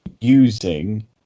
using